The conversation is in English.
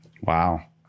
Wow